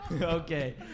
Okay